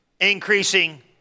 increasing